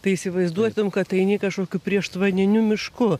tai įsivaizduotum kad eini kažkokiu prieštvaniniu mišku